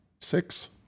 Six